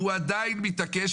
והוא עדיין מתעקש,